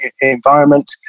environment